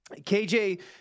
KJ